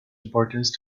importance